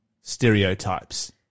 stereotypes